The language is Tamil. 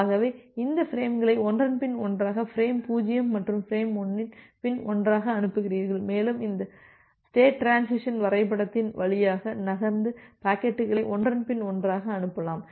ஆகவே இந்த பிரேம்களை ஒன்றன்பின் ஒன்றாக ஃபிரேம் 0 மற்றும் ஃப்ரேம் 1 இன் பின் ஒன்றாக அனுப்புகிறீர்கள் மேலும் இந்த ஸ்டேட் டிரான்சிசன் வரைபடத்தின் வழியாக நகர்ந்து பாக்கெட்டுகளை ஒன்றன் பின் ஒன்றாக அனுப்பலாம்